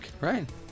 right